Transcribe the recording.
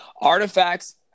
Artifacts